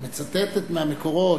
היא מצטטת מהמקורות.